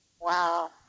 Wow